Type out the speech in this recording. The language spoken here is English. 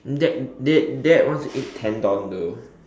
dad dad dad wants to eat tendon though